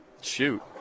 shoot